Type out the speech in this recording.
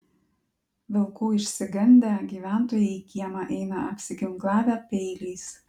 vilkų išsigandę gyventojai į kiemą eina apsiginklavę peiliais